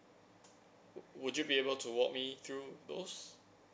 wo~ would you be able to walk me through those